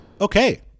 Okay